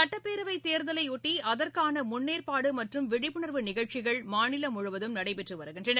சுட்டப்பேரவைத்தேர்தலை ஒட்டி அதற்கான முன்னேற்பாடு மற்றும் விழிப்புணர்வு நிகழ்ச்சிகள் மாநிலம் முழுவதும் நடைபெற்று வருகின்றன